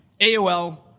AOL